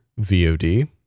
VOD